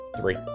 three